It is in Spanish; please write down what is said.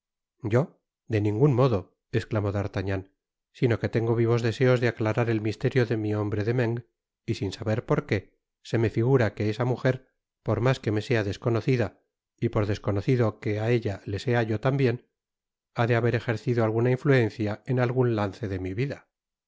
yo de ningun modo esclamó d'artagnan sino que tengo vivos deseos de aclarar el misterio de mi hombre de meung y sin saber por qué se me figura que esa muger por mas que me sea desconocida y por desconocido que á ella le sea yo tambien ha de haber ejercido alguna influencia en algun lance de mi vida